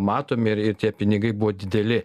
matomiir ir tie pinigai buvo dideli